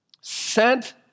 sent